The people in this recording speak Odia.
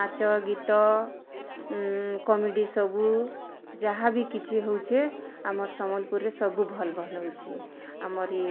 ନାଚ ଗୀତ କମେଡ଼ି ସବୁ ଯାହା ବି କିଛି ହଉଛେ ଆମ ସମ୍ବଲପୁରରେ ସବୁ ଭଲ୍ ଭଲ୍ ହେଉଛି ଆମରି